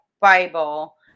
Bible